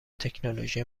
تکنولوژی